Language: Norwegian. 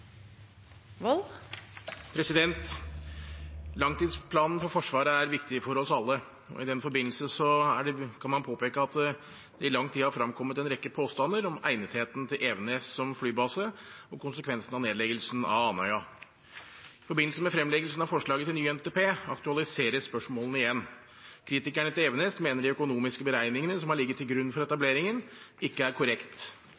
Langtidsplanen for Forsvaret er viktig for oss alle, og i den forbindelse kan man påpeke at det i lang tid har fremkommet en rekke påstander om egnetheten til Evenes som flybase og konsekvensene av nedleggelsen av Andøya. I forbindelse med fremleggelsen av forslaget til ny langtidsplan aktualiseres spørsmålene igjen. Kritikerne til Evenes mener de økonomiske beregningene som har ligget til grunn for